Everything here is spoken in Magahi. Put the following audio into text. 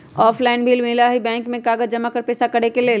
ऑफलाइन भी लोन मिलहई बैंक में कागज जमाकर पेशा करेके लेल?